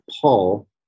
paul